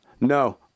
No